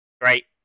Great